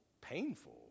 painful